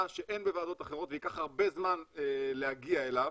שאין בוועדות אחרות וייקח הרבה זמן להגיע אליו,